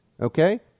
Okay